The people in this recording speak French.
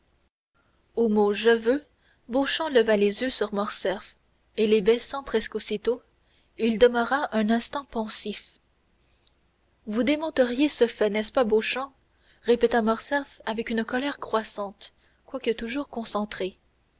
mots je veux beauchamp leva les yeux sur morcerf et les baissant presque aussitôt il demeura un instant pensif vous démentirez ce fait n'est-ce pas beauchamp répéta morcerf avec une colère croissante quoique toujours concentrée